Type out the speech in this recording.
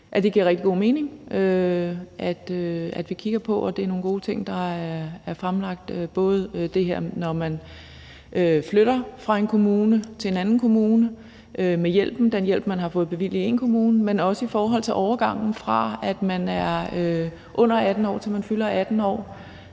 det giver rigtig god mening, at vi kigger på det. Det er nogle gode ting, der er fremlagt, både det her med, når man flytter fra én kommune til en anden kommune og man har fået bevilget en hjælp i én kommune, men også i forhold til overgangen, fra at man er under 18 år, til man fylder 18 år